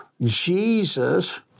Jesus